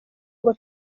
ngo